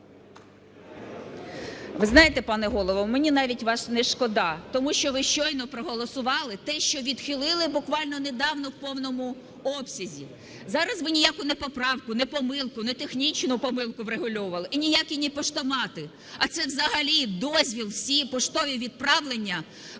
Ви знаєте, пане Голово, мені навіть вас не шкода, тому що ви щойно проголосували те, що відхилили буквально недавно, в повному обсязі. Зараз ви ніяку не поправку, не помилку, не технічну помилку врегульовували і ніякі не поштомати. А це взагалі дозвіл всі поштові відправлення